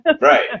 Right